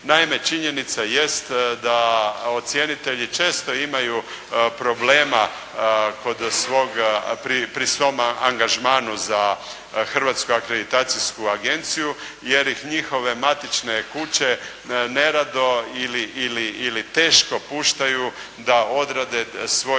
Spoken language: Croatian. Naime, činjenica jest da ocjenitelji često imaju problema kod svog, pri svom angažmanu za Hrvatsku akreditacijsku agenciju, jer ih njihove matične kuće nerado ili teško puštaju da odrade svoj